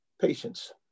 patience